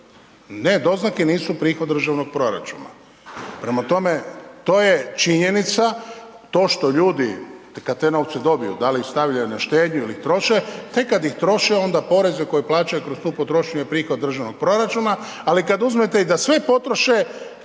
ne doznake nisu prihod državnog proračuna, prema tome to je činjenica, to što ljudi kad te novce dobiju da li ih stavljaju na štednju ili ih troše, tek kad ih troše onda poreze koje plaćaju kroz tu potrošnju je prihod državnog proračuna, ali kad uzmete i da sve potroše,